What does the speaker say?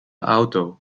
auto